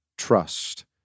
trust